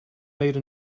made